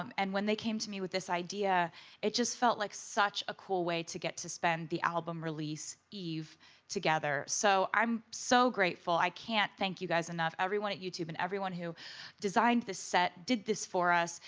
um and when they came to me with this idea it felt like such a cool way to get to spend the album release eve together. so i'm so grateful. i can't thank you guys enough. everyone at youtube and everyone who designed this set, did this for us,